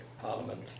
Parliament